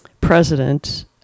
president